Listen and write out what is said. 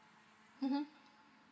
mmhmm